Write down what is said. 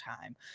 time